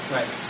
Right